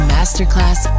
Masterclass